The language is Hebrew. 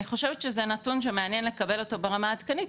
אני חושבת שזה נתון שמעניין לקבל אותו ברמה עדכנית,